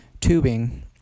tubing